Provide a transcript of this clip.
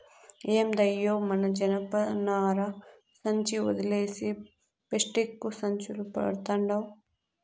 ఏందయ్యో మన జనపనార సంచి ఒదిలేసి పేస్టిక్కు సంచులు వడతండావ్